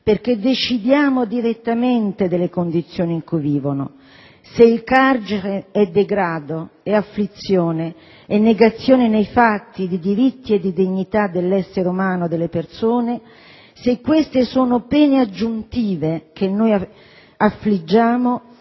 perché decidiamo direttamente delle condizioni in cui vivono. Se il carcere è degrado, afflizione, negazione nei fatti di diritti e dignità dell'essere umano e delle persone, se queste sono pene aggiuntive che infliggiamo